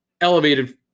elevated